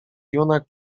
junak